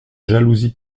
jalousie